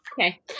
Okay